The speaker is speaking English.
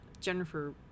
Jennifer